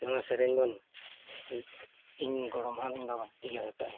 ᱱᱚᱣᱟ ᱥᱮᱨᱮᱧ ᱵᱚᱱ ᱤᱧ ᱜᱚᱲᱚᱢ ᱦᱟᱲᱟᱢ ᱤᱧ ᱵᱟᱵᱟ ᱤᱭᱟᱹ ᱠᱟᱜᱼᱟᱭ